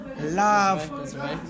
love